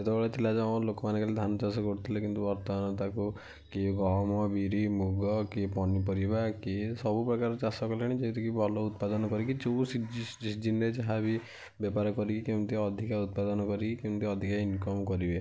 ସେତେବେଳେ ଥିଲା ଯେ ଆମର ଲୋକମାନେ ଖାଲି ଧାନ ଚାଷ କରୁଥିଲେ କିନ୍ତୁ ବର୍ତ୍ତମାନ ତାକୁ କିଏ ଗହମ ବିରି ମୁଗ କିଏ ପନିପରିବା କିଏ ସବୁପ୍ରକାର ଚାଷ କଲେଣି ଯେହେତୁକି ଭଲ ଉତ୍ପାଦନ କରିକି ଯେଉଁ ସିଜିନରେ ଯାହା ବି ବ୍ୟବହାର କରି କେମିତି ଅଧିକା ଉତ୍ପାଦନ କରି କେମିତି ଅଧିକା ଇନ୍କମ୍ କରିବେ